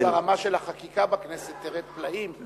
אבל אז הרמה של החקיקה בכנסת תרד פלאים,